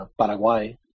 Paraguay